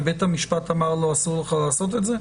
ובית המשפט אמר לו: אסור לך לעשות את זה?